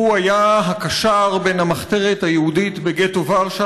הוא היה הקשָר בין המחתרת היהודית בגטו ורשה